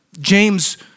James